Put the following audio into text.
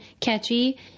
catchy